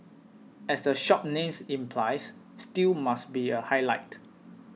as the shop's name implies stew must be a highlight